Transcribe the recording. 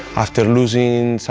after losing in so